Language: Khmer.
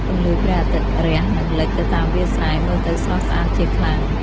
ពន្លឺព្រះអាទិត្យរះ និងលិចនៅតាមវាលស្រែ មើលទៅស្រស់ស្អាតជាខ្លាំង។